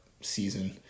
season